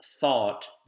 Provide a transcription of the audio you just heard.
thought